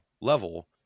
level